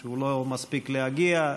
שהוא לא מספיק להגיע,